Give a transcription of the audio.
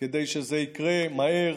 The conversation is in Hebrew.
כדי שזה יקרה מהר.